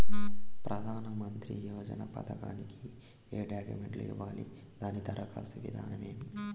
ప్రధానమంత్రి యోజన పథకానికి ఏ డాక్యుమెంట్లు ఇవ్వాలి దాని దరఖాస్తు విధానం ఏమి